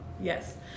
yes